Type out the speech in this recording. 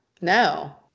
No